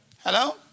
Hello